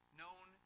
known